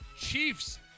Chiefs